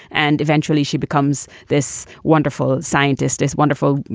and eventually she becomes this wonderful scientist is wonderful.